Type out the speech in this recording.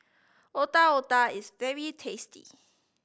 Otak Otak is very tasty